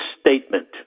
Statement